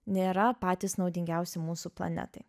nėra patys naudingiausi mūsų planetai